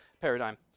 paradigm